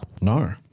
No